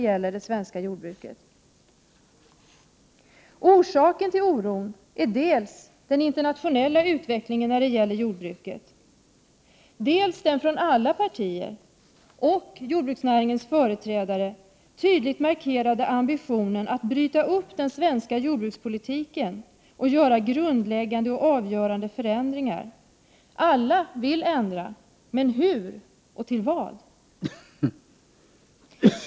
Orsakerna till oron är dels den internationella utvecklingen inom jordbruket, dels den av alla partier och av jordbruksnäringens företrädare tydligt markerade ambitionen att bryta upp den svenska jordbrukspolitiken och göra grundläggande och avgörande förändringar. Alla vill ändra — men hur och till vad?